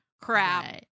crap